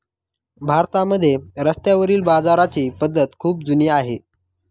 भारतामध्ये रस्त्यावरील बाजाराची पद्धत खूप जुनी आहे